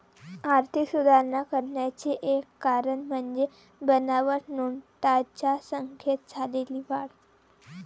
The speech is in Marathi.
आर्थिक सुधारणा करण्याचे एक कारण म्हणजे बनावट नोटांच्या संख्येत झालेली वाढ